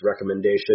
recommendation